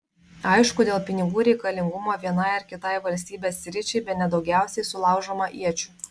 aišku dėl pinigų reikalingumo vienai ar kitai valstybės sričiai bene daugiausiai sulaužoma iečių